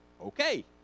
Okay